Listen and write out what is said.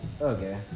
Okay